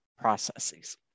Processes